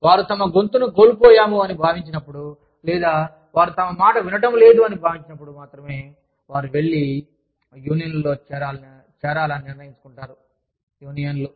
వారు తమ గొంతును కోల్పోయాము అని భావించినప్పుడు లేదా వారు తమ మాట వినటం లేదు అని భావించినప్పుడు మాత్రమే వారు వెళ్లి యూనియన్లలో చేరాలని నిర్ణయించుకుంటారు యూనియన్లు